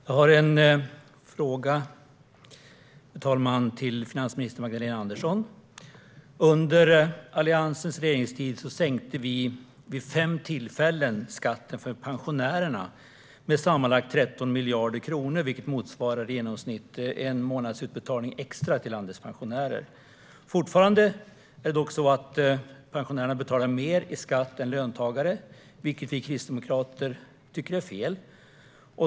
Fru talman! Jag har en fråga till finansminister Magdalena Andersson. Under Alliansens regeringstid sänkte vi vid fem tillfällen skatten för pensionärer med sammanlagt 13 miljarder kronor, vilket motsvarar i genomsnitt en månadsutbetalning extra till landets pensionärer. Fortfarande är det dock så att pensionärer betalar mer i skatt än löntagare, vilket vi kristdemokrater tycker är fel.